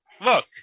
look